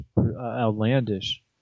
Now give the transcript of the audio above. outlandish